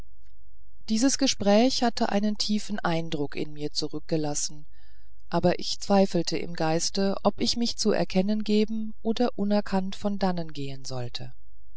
dieses gespräch hatte einen tiefen eindruck in mir zurückgelassen aber ich zweifelte im geiste ob ich mich zu erkennen geben oder unerkannt von dannen gehen sollte